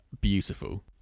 beautiful